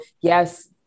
yes